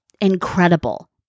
incredible